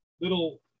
little